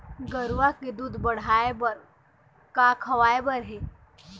गरवा के दूध बढ़ाये बर का खवाए बर हे?